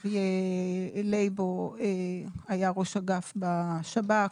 לייבו היה ראש אגף בשב"כ.